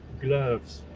gloves.